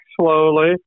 slowly